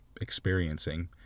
experiencing